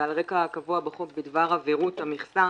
ועל רקע הקבוע בחוק בדבר עבירות המכסה